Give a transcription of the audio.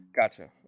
Gotcha